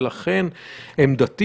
עמדתי